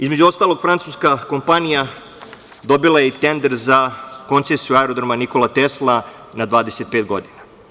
Između ostalog, francuska kompanija dobila je i tender za koncesiju Aerodroma „Nikola Tesla“ na 25 godina.